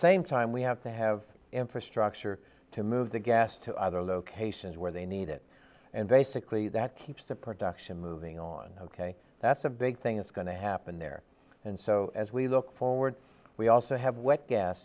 same time we have to have infrastructure to move the gas to other locations where they need it and basically that keeps the production moving on ok that's a big thing that's going to happen there and so as we look forward we also have